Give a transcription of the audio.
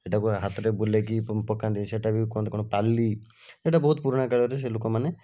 ସେଟାକୁ ହାତରେ ବୁଲାଇକି ପକାନ୍ତି ସେଟା ବି କୁହନ୍ତି କ'ଣ ପାଲି ସେଇଟା ବହୁତ ପୁରୁଣା କାଳରେ ସେ ଲୋକମାନେ